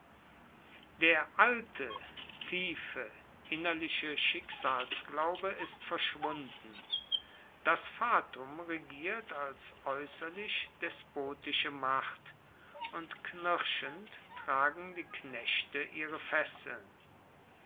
der alte tiefe innerliche schicksalsglaube ist verschwunden das fatum regiert als aeusserlich despotische macht und knirschend tragen die knechte ihre fesseln